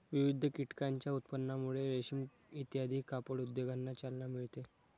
विविध कीटकांच्या उत्पादनामुळे रेशीम इत्यादी कापड उद्योगांना चालना मिळते